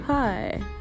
Hi